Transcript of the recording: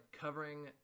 covering